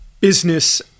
business